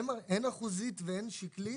הן אחוזית והן שקלית,